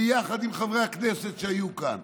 ביחד עם חברי הכנסת שהיו כאן,